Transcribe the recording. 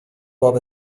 باب